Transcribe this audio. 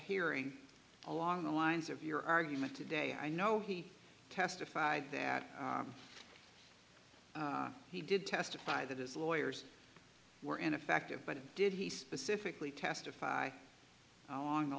hearing along the lines of your argument today i know he testified that he did testify that his lawyers were ineffective but did he specifically testify on the